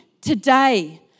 today